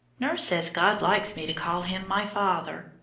nurse says god likes me to call him my father,